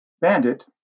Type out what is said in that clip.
Bandit